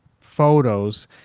photos